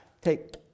take